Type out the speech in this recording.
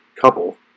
couple